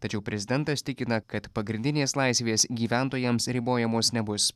tačiau prezidentas tikina kad pagrindinės laisvės gyventojams ribojamos nebus